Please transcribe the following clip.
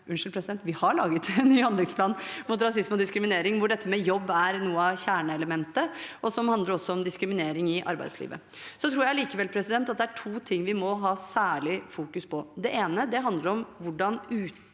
Vi har laget en ny handlingsplan mot rasisme og diskriminering, hvor dette med jobb er noe av kjerneelementet, og som også handler om diskriminering i arbeidslivet. Jeg tror likevel at det er to ting vi må fokusere særlig på. Det ene handler om hvordan